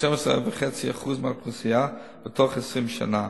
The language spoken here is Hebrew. כ-12.5% מהאוכלוסייה, בתוך 20 שנה,